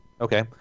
Okay